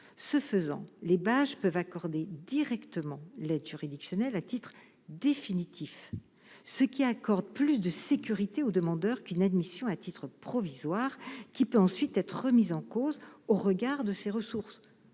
ce faisant, les bâches peuvent accorder directement l'aide juridictionnelle à titre définitif ce qui accorde plus de sécurité aux demandeurs qu'une admission à titre provisoire qui peut ensuite être remise en cause au regard de ses ressources,